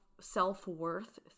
self-worth